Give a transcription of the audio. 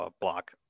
block